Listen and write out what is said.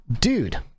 dude